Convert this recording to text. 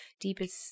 deepest